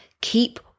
keep